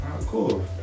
cool